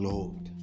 Lord